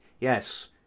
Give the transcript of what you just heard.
yes